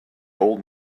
old